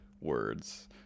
Words